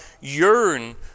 yearn